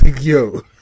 yo